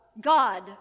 God